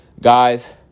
guys